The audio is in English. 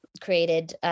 created